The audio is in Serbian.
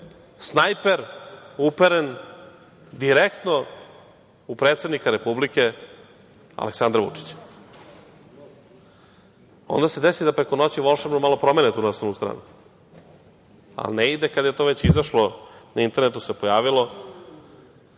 snajper uperen direktno u predsednika Republike Aleksandra Vučića? Onda se desi da preko noći volšebno malo promene tu naslovnu stranu, ali ne ide kada je to već izašlo, na internetu se pojavilo,